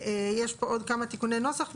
יש פה עוד כמה תיקוני נוסח,